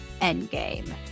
endgame